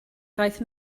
ddaeth